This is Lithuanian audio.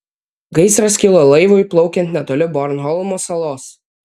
gaisras kilo laivui plaukiant netoli bornholmo salos